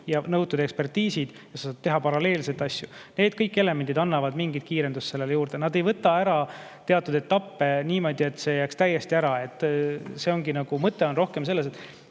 nõutud ekspertiisid, ja sa saad teha paralleelselt asju, siis kõik need elemendid annavad mingit kiirendust juurde. Nad ei võta ära teatud etappe niimoodi, et need jääks täiesti ära. Mõte on rohkem selles, et